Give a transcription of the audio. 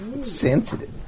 Sensitive